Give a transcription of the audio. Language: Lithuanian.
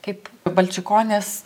kaip balčikonis